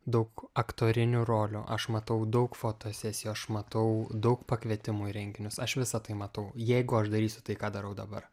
daug aktorinių rolių aš matau daug fotosesijų aš matau daug pakvietimų į renginius aš visa tai matau jeigu aš darysiu tai ką darau dabar